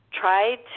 tried